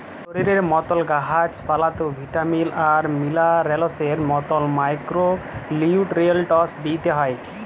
শরীরের মতল গাহাচ পালাতেও ভিটামিল আর মিলারেলসের মতল মাইক্রো লিউট্রিয়েল্টস দিইতে হ্যয়